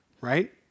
Right